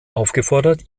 aufgefordert